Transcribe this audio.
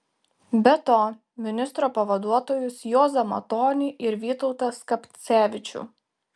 be to ministro pavaduotojus juozą matonį ir vytautą skapcevičių